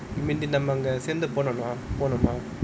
இனி நம்ம அங்க சேந்து போனோம்னா:ini namma anga senthu ponom naa